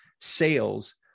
sales